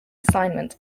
assignment